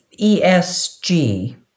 ESG